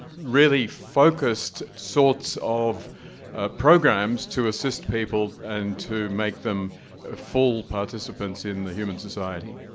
really focused sorts of programs to assist people and to make them ah full participants in the human society?